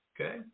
Okay